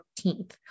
14th